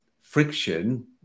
friction